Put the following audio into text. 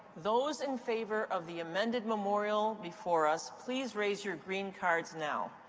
those in favor of the amended memorial before us, please raise your green cards now.